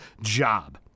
job